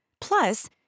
Plus